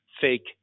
fake